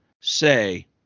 say